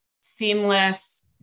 seamless